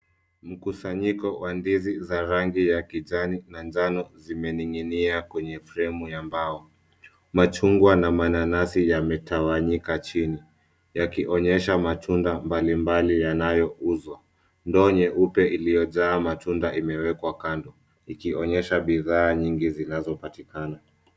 Mkusanyiko wa ndizi za rangi ya kijani, manjano zimeninginia kwenye fremu ya mbao. Machungwa na mananasi yametawanyika chini, yakionyesha matunda mbali mbali yanayouzwa. Ndoo nyeupe iliyojaa matunda imewekwa kando. Ikionyesha bidhaa nyingi zinazopatikana.